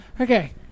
Okay